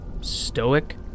stoic